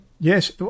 Yes